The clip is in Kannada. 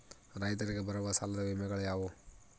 ರೈತರಿಗೆ ಬರುವ ಸಾಲದ ವಿಮೆಗಳು ಯಾವುವು?